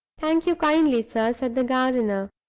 thank you kindly, sir, said the gardener,